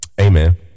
Amen